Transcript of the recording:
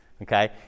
Okay